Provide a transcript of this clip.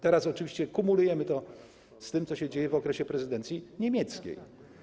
Teraz oczywiście kumulujemy to z tym, co się dzieje w okresie prezydencji niemieckiej.